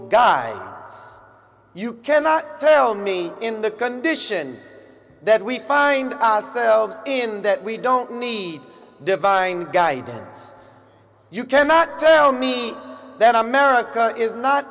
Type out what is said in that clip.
guy you cannot tell me in the condition that we find ourselves in that we don't need divine guidance you cannot tell me that america is not